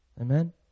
Amen